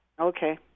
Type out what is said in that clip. Okay